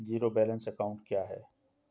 Zero balance account क्या है?